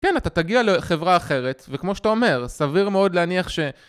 כן, אתה תגיע לחברה אחרת, וכמו שאתה אומר, סביר מאוד להניח ש...